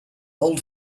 old